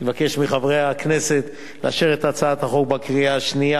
אבקש מחברי הכנסת לאשר את הצעת החוק בקריאה השנייה